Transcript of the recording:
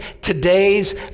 today's